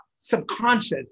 subconscious